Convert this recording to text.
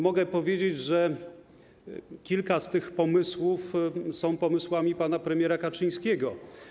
Mogę powiedzieć, że kilka z tych pomysłów to są pomysły pana premiera Kaczyńskiego.